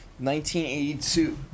1982